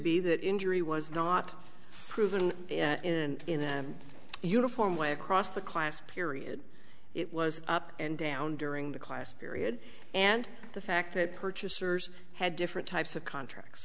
be that injury was not proven in in them uniformly across the class period it was up and down during the class period and the fact that purchasers had different types of contracts